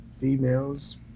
females